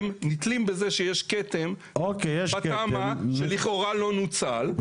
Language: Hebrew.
בזה שיש כתם בתמ"א שלכאורה לא נוצל,